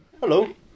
hello